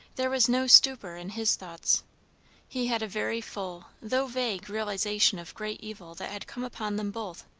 there was no stupor in his thoughts he had a very full, though vague, realization of great evil that had come upon them both.